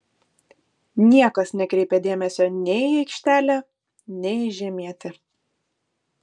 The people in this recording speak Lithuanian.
niekas nekreipė dėmesio nei į aikštelę nei į žemietį